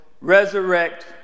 resurrect